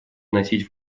вносить